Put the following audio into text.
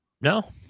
No